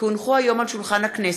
כי הונחו היום על שולחן הכנסת,